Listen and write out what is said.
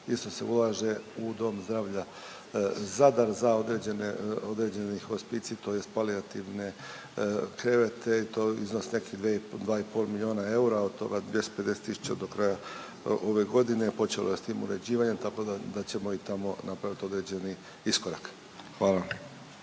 isto se ulaže u dom zdravlja Zadar za određeni hospicij, tj. palijativne krevete i to iznos nekih 2 i pol milijuna eura, od toga 250 000 do kraja ove godine. Počelo je s tim uređivanjem, tako da ćemo i tamo napraviti određeni iskorak. Hvala.